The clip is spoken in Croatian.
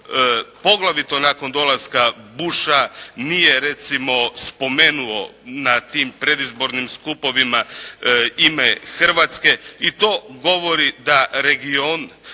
poglavito nakon dolaska Busha nije recimo spomenuo na tim predizbornim skupovima ime Hrvatske i to govori da region